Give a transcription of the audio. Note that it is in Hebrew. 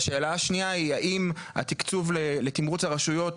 והשאלה השנייה היא האם התקצוב לתמרוץ הרשויות